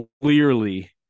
clearly